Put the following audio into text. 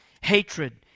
hatred